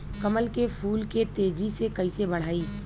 कमल के फूल के तेजी से कइसे बढ़ाई?